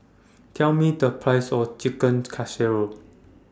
Tell Me The Price of Chicken Casserole